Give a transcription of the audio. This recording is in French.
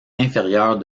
inférieure